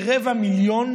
כרבע מיליון